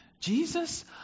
Jesus